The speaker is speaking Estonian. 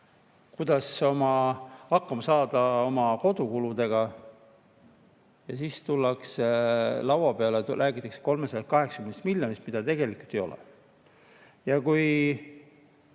kuidas hakkama saada oma kodukuludega. Ja siis tuuakse laua peale, räägitakse 380 miljonist, mida tegelikult ei ole. Kui